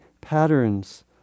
patterns